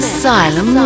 Asylum